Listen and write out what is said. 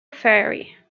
ferry